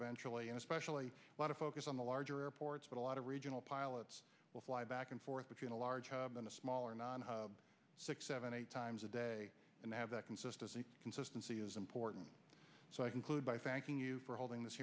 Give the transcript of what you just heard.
eventually especially a lot of focus on the larger airports but a lot of regional pilots will fly back and forth between a larger than a smaller non hub six seven eight times a day and have that consistency consistency is important so i conclude by faxing you for holding this